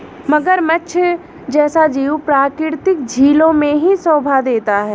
मगरमच्छ जैसा जीव प्राकृतिक झीलों में ही शोभा देता है